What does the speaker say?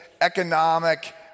economic